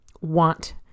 want